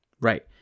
Right